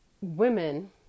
women